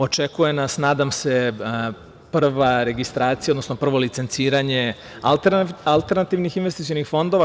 Očekuje nas, nadam se, prva registracija, odnosno prvo licenciranje alternativnih investicionih fondova.